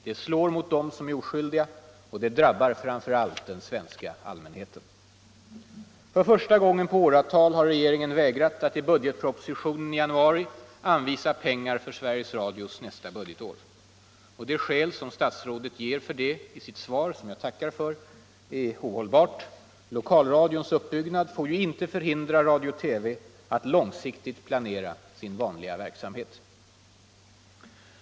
Det slår mot dem som är oskyldiga, och det drabbar framför allt den svenska allmänheten. För första gången på åratal har regeringen nu vägrat att i budgetpropositionen i januari anvisa pengar för Sveriges Radio nästa budgetår. Det skäl som statsrådet ger för det i sitt svar — som jag tackar för — är ohållbart. Lokalradions uppbyggnad får inte förhindra radio-TV att långsiktigt planera sin vanliga verksamhet.